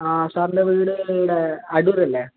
ആ സാറിൻ്റെ വീട് ഇവിടെ അടൂർ അല്ലെ